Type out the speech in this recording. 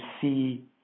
see